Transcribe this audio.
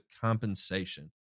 compensation